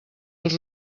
els